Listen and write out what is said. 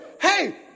hey